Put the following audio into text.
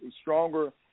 stronger